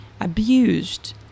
abused